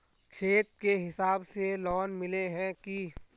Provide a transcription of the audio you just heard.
खेत के हिसाब से लोन मिले है की?